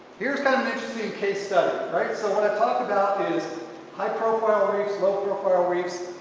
here's kind of an interesting case study. right, so what i talk about is high-profile reefs low-profile reefs,